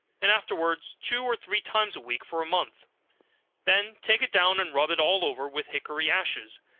and afterwards two or three times a week for a month then take it down and rub it all over with hickory ashes,